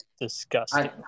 Disgusting